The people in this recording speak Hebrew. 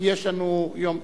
כי יש לנו יום,